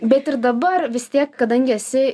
bet ir dabar vis tiek kadangi esi